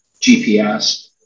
GPS